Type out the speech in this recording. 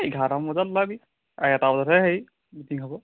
এই এঘাৰটামান বজাত ওলাবি এটা বজাতহে হেৰি মিটিং হ'ব